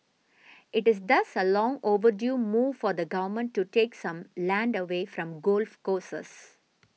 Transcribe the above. it is thus a long overdue move for the government to take some land away from golf courses